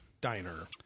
Diner